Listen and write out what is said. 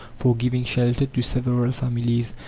for giving shelter to several families,